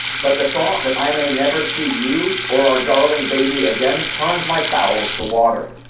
but the thought that i may never see you or our darling baby again turns my bowels to water.